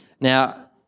Now